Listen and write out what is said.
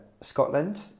scotland